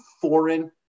foreign